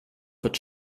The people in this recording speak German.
wird